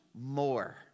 more